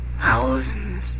Thousands